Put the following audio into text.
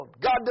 God